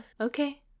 okay